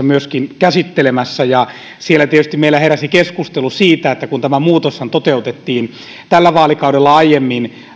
myöskin hallintovaliokunnassa käsittelemässä ja siellä tietysti meillä heräsi keskustelu siitä että kun tämä muutoshan toteutettiin tällä vaalikaudella aiemmin